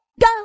go